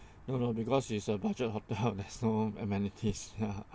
no no because is a budget hotel that's no amenities ya